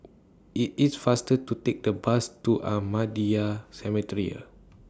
IT IS faster to Take The Bus to Ahmadiyya Cemetery